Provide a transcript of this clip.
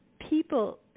people